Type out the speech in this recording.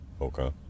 Okay